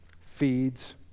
feeds